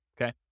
okay